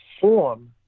form